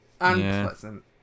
unpleasant